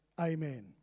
amen